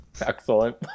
Excellent